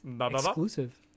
Exclusive